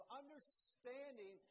understanding